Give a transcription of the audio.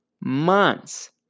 months